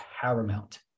paramount